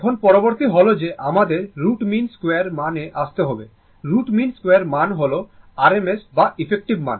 এখন পরবর্তী হল যে আমাদের root mean2 মান এ আসতে হবে root mean2 মান হল r m s বা এফেক্টিভ মান